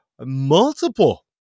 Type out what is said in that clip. multiple